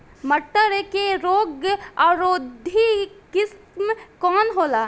मटर के रोग अवरोधी किस्म कौन होला?